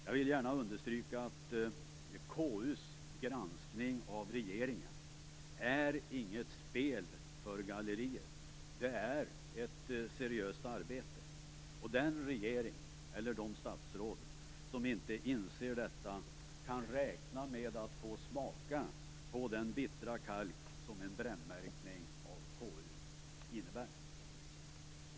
Jag vill gärna understryka att KU:s granskning av regeringen inte är något spel för galleriet. Den är ett seriöst arbete. Den regering eller de statsråd som inte inser detta kan räkna med att få smaka på den bittra kalk som en brännmärkning av KU innebär.